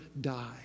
die